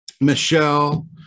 Michelle